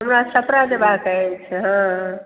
हमरा छपड़ा जयबाक अछि